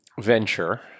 Venture